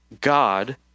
God